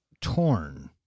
torn